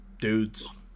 dudes